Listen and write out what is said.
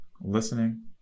listening